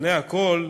לפני הכול,